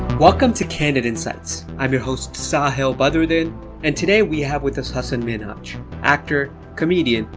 welcome to candid insights, i'm your host, sahil badruddin and today, we have with us hasan minhaj actor, comedian,